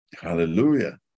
Hallelujah